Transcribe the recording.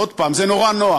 עוד הפעם, זה נורא נוח.